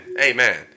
Amen